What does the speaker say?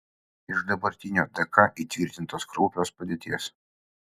iš dabartinio dk įtvirtintos kraupios padėties